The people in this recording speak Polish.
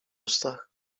ustach